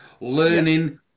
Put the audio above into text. Learning